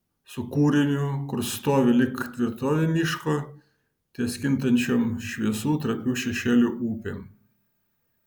su kūriniu kurs stovi lyg tvirtovė miško ties kintančiom šviesų trapių šešėlių upėm